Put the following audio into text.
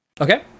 Okay